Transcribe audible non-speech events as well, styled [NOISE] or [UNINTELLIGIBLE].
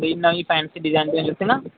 B ਨਵੀਂ [UNINTELLIGIBLE] design ਦੇ ਉੱਤੇ ਨਾ